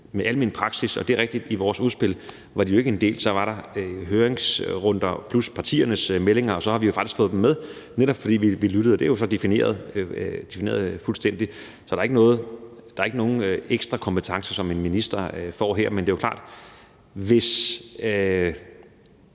med almen praksis, og det er rigtigt, at det ikke var en del af vores udspil, og så var der høringsrunder plus partiernes meldinger, og så har vi jo faktisk fået dem med, netop fordi vi lyttede, og det er jo så defineret fuldstændig. Så der er ikke nogen ekstrakompetencer, som en minister får her. Men det er jo klart, at hvis